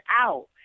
out